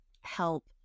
help